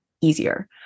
easier